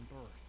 birth